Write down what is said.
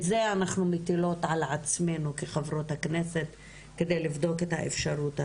את זה אנחנו מטילות על עצמנו כחברות כנסת כדי לבדוק את האפשרות הזו.